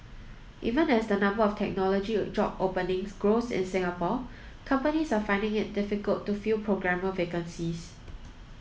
even as the number of technology job openings grows in Singapore companies are finding it difficult to fill programmer vacancies